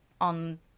on